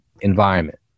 environment